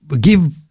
give